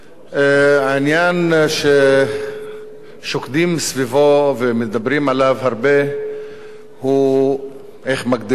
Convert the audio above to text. העניין ששוקדים סביבו ומדברים עליו הרבה הוא איך מגדירים טרור,